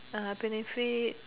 benefits